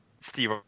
Steve